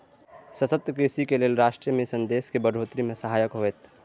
सतत कृषिक लेल राष्ट्रीय मिशन देशक बढ़ोतरी मे सहायक होएत